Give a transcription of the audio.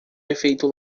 efeito